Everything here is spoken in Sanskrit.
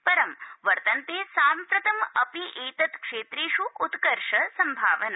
परं वर्तन्ते साम्प्रतमपि एतत्क्षेत्रेष् उत्कर्षसम्भावना